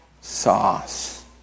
sauce